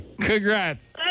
Congrats